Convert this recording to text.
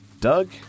Doug